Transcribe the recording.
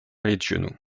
regiono